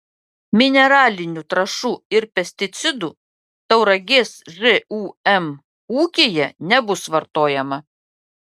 mineralinių trąšų ir pesticidų tauragės žūm ūkyje nebus vartojama